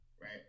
right